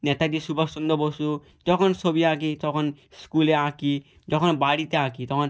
নেতাজি সুভাষচন্দ বসু যখন সবি আঁকি তখন স্কুলে আঁকি যখন বাড়িতে আঁকি তখন